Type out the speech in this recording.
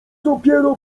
dopiero